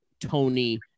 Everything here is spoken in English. Tony